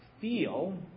feel